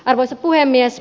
arvoisa puhemies